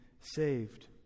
saved